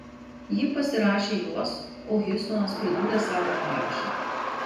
ji pasirašė juos o hjustonas pridūrė savo parašą